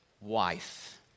wife